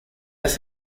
has